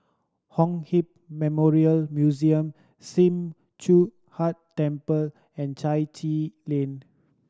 Kong Hiap Memorial Museum Sim Choon Huat Temple and Chai Chee Lane